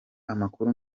amakuru